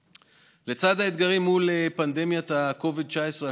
C. לצד האתגרים מול פנדמיית ה-COVID-19,